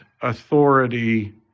authority